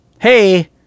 hey